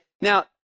Now